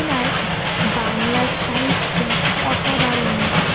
এনার বাংলা সাহিত্যে অসাধারণ দান